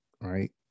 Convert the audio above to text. right